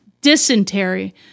Dysentery